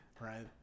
right